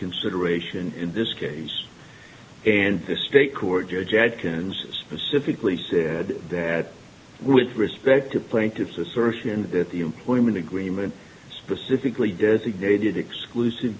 reconsideration in this case and the state court judge adkins specifically said that with respect to plaintiff's assertion that the employment agreement specifically designated exclusive